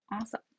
Awesome